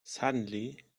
suddenly